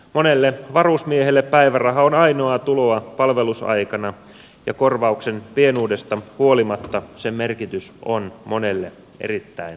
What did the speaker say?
monelle varusmiehelle päiväraha on ainoaa tuloa palvelusaikana ja korvauksen pienuudesta huolimatta sen merkitys on monelle erittäin suuri